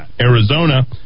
Arizona